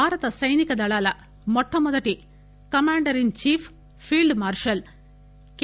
భారత సైనిక దళాల మొట్టమొదటి commander in chief field marshal K